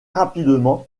rapidement